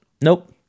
nope